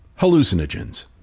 hallucinogens